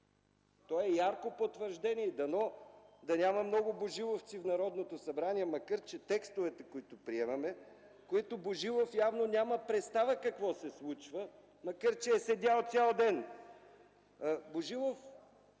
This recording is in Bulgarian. Той е ярко потвърждение и дано да няма много божиловци в Народното събрание, макар че текстовете, които приемаме и за които Божилов няма представа какво се случва, нищо че е седял цял ден. Божилов,